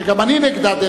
שגם אני נגדה,